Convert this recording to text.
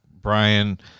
Brian